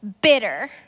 bitter